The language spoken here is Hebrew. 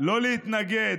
לא להתנגד,